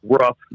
rough